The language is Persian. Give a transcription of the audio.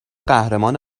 قهرمان